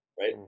right